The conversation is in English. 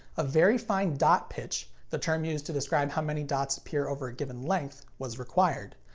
a very fine dot pitch, the term used to describe how many dots appear over a given length, was required.